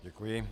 Děkuji.